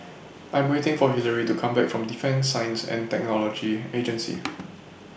I'm waiting For Hillery to Come Back from Defence Science and Technology Agency